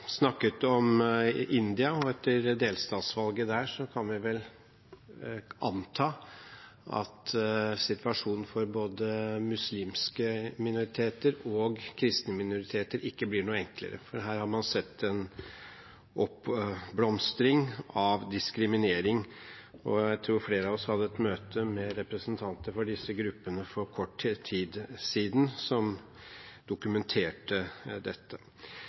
snakket om India, og etter delstatsvalget der kan vi vel anta at situasjonen for både muslimske minoriteter og kristne minoriteter ikke blir noe enklere. Her har man sett en oppblomstring av diskriminering. Jeg tror flere av oss hadde et møte med representanter for disse gruppene for kort tid siden som dokumenterte dette.